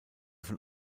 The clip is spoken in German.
von